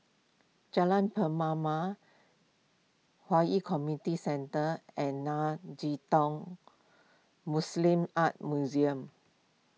Jalan Pernama Hwi Yoh Centre and Nei Tang Buddhist Art Museum